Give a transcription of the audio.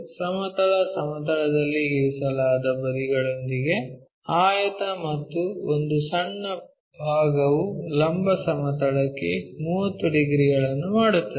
ಸಮತಲ ಸಮತಲದಲ್ಲಿ ಇರಿಸಲಾದ ಬದಿಗಳೊಂದಿಗೆ ಆಯತ ಮತ್ತು ಒಂದು ಸಣ್ಣ ಭಾಗವು ಲಂಬ ಸಮತಲಕ್ಕೆ 30 ಡಿಗ್ರಿಗಳನ್ನು ಮಾಡುತ್ತದೆ